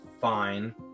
fine